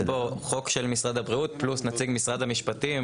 יש פה חוק של משרד הבריאות פלוס נציג ממשרד המשפטים